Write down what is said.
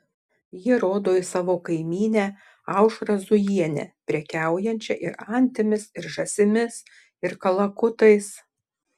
ji rodo į savo kaimynę aušrą zujienę prekiaujančią ir antimis ir žąsimis ir kalakutais